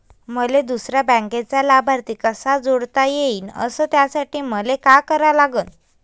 मले दुसऱ्या बँकेचा लाभार्थी कसा जोडता येईन, अस त्यासाठी मले का करा लागन?